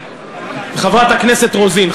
חברת הכנסת רוזין,